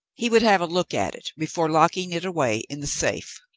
he would have a look at it before locking it away in the safe.